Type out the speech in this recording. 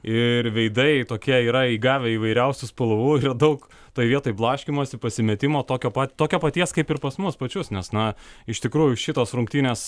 ir veidai tokie yra įgavę įvairiausių spalvų daug tai vietoj blaškymosi pasimetimo tokio pat tokio paties kaip ir pas mus pačius nes na iš tikrųjų šitos rungtynės